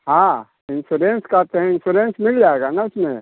हाँ इंश्योरेंस कहते हैं इंश्योरेंस मिल जाएगा ना उसमें